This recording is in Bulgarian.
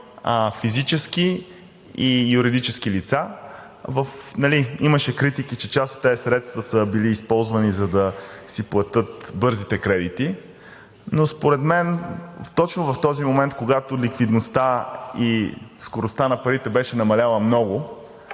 физически и юридически лица. Имаше критики, че част от тези средства са били използвани, за да си платят бързите кредити, но според мен точно в този момент, когато ликвидността и скоростта на парите беше намаляла много,